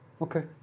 Okay